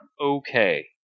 Okay